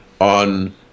on